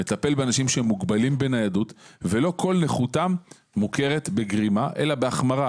מטפל באנשים שהם מוגבלים בניידות ולא כל נכותם מוכרת בגרימה אלא בהחמרה.